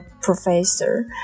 professor